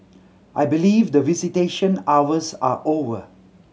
I believe the visitation hours are over